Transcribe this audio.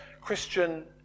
Christian